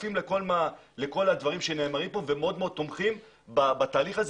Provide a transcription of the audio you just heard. שותפים לכל הדברים נאמרו כאן ומאוד מאוד תומכים בתהליך הזה